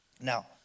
Now